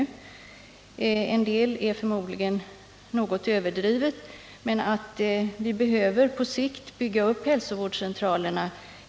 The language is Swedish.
En del av vad som sägs i artikeln är förmodligen något överdrivet, men det är helt klart att vi på sikt behöver bygga ut hälsovårdscentralerna.